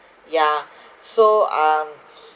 yeah so um